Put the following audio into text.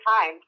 time